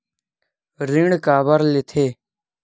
ऋण काबर लेथे?